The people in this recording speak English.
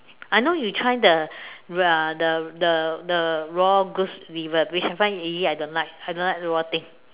I know you tried the raw the the the raw goose liver which I find !ee! I don't like I don't like raw thing